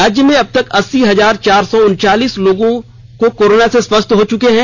राज्य में अब तक अस्सी हजार चार सौ उनचालीस लोग कोरोना से स्वस्थ हो चुके हैं